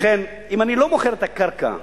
ובכן, אם אני לא מוכר את הקרקע לקבלן,